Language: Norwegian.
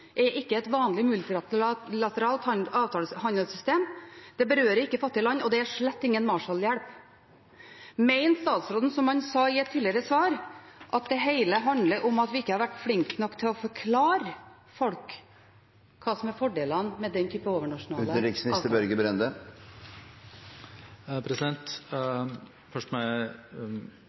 er ikke et vanlig multilateralt handelssystem. Det berører ikke fattige land, og det er slett ingen Marshall-hjelp. Mener statsråden, som han sa i et tidligere svar, at det hele handler om at vi ikke har vært flinke nok til å forklare folk hva som er fordelene med den typen overnasjonale avtaler? Først må jeg benytte anledningen til å slutte meg til den første delen av analysen. Vi må